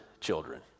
children